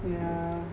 yeah